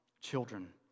children